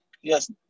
Yes